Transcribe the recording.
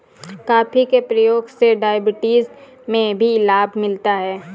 coffee के प्रयोग से डायबिटीज में भी लाभ मिलता है